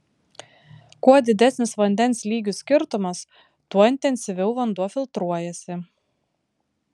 kuo didesnis vandens lygių skirtumas tuo intensyviau vanduo filtruojasi